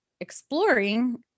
exploring